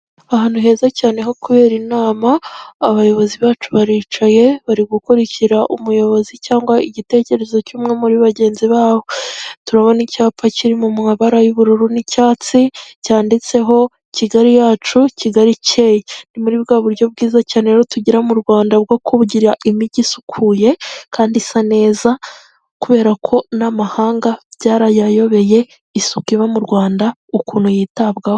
Ahantu heza cyane ho kubera inama, abayobozi bacu baricaye, bari gukurikira umuyobozi cyangwa igitekerezo cy'umwe muri bagenzi babo. Turabona icyapa kiri mu mabara y'ubururu n'icyatsi, cyanditseho Kigali yacu, Kigali icyeye. Ni muri bwa buryo bwiza cyane rero tugira mu Rwanda bwo kugira imijyi isukuye kandi isa neza, kubera ko n'amahanga byarayayobeye, isuku iba mu Rwanda ukuntu yitabwaho.